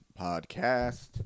podcast